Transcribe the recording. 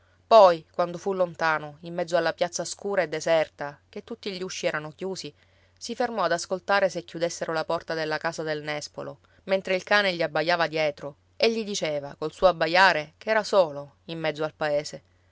poi quando fu lontano in mezzo alla piazza scura e deserta che tutti gli usci erano chiusi si fermò ad ascoltare se chiudessero la porta della casa del nespolo mentre il cane gli abbaiava dietro e gli diceva col suo abbaiare che era solo in mezzo al paese